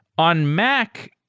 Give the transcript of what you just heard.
on mac,